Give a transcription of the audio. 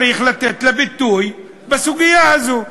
צריך לתת לה ביטוי בסוגיה הזאת.